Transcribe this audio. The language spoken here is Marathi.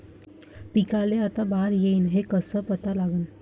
पिकाले आता बार येईन हे कसं पता लागन?